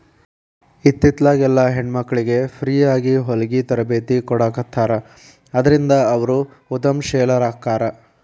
ಇತ್ತಿತ್ಲಾಗೆಲ್ಲಾ ಹೆಣ್ಮಕ್ಳಿಗೆ ಫ್ರೇಯಾಗಿ ಹೊಲ್ಗಿ ತರ್ಬೇತಿ ಕೊಡಾಖತ್ತಾರ ಅದ್ರಿಂದ ಅವ್ರು ಉದಂಶೇಲರಾಕ್ಕಾರ